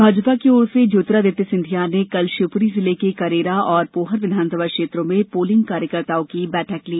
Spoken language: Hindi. भाजपा की ओर से ज्योतिरादित्य सिंधिया ने कल शिवपुरी जिले के करेरा और पोहर विधानसभा क्षेत्रों में पोलिंग कार्यकर्ताओं की बैठक ली